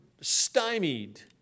stymied